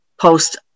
post